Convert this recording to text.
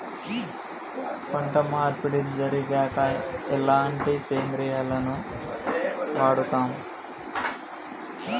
పంట మార్పిడి జరిగాక ఎలాంటి సేంద్రియాలను వాడుతం?